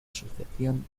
asociación